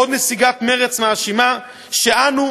עוד נציגת מרצ מאשימה שאנו,